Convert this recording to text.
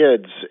kids